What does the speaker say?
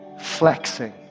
flexing